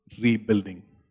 rebuilding